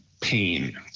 pain